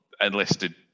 enlisted